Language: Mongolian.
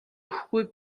өгөхгүй